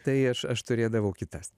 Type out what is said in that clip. tai aš aš turėdavau kitas